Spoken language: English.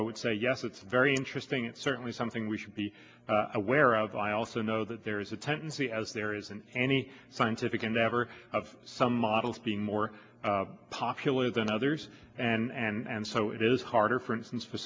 i would say yes it's very interesting it's certainly something we should be aware of i also know that there is a tendency as there isn't any scientific endeavor of some models being more popular than others and so it is harder for instance for